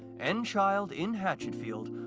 and child in hatchetfield,